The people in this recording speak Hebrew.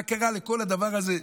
מה קרה לכל הדבר הזה?